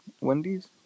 Wendy's